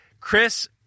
chris